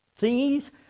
thingies